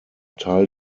teil